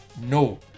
No